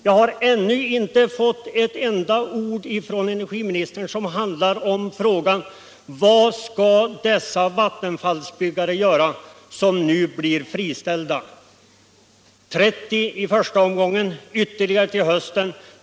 Jag har ännu inte fått ett enda ord från energiministern till svar på min fråga: Vad skall de kraftverksbyggare göra som nu blir friställda? Det gäller 30 i första omgången och flera till hösten.